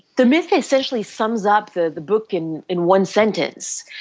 the myth essentially sums up the the book in in one sentence.